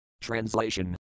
Translation